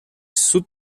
sud